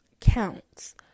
counts